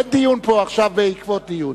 אין פה דיון עכשיו בעקבות דיון.